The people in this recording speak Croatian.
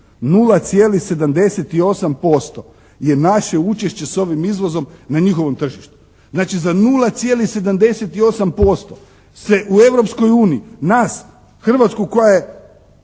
0,78% je naše učešće s ovim izvozom na njihovom tržištu. Znači za 0,78% se u Europskoj uniji, nas Hrvatsku koja je